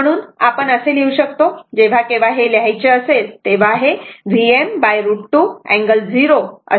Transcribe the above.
म्हण आपण असे लिहू शकतो जेव्हा केव्हा हे लिहायचे असे तेव्हा हे Vm√ 2 अँगल 0 ल असे लिहावे लागेल